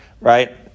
right